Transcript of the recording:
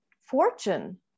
fortune